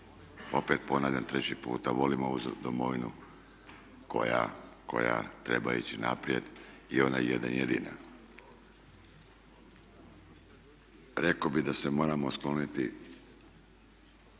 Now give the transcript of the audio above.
opet ponavljam treći puta volimo ovu domovinu koja treba ići naprijed i ona je jedna jedina. Rekao bih da se moramo skloniti